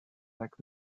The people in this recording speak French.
lacs